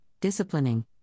disciplining